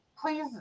please